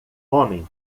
homem